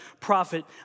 prophet